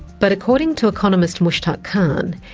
but according to economist, mushtaq khan,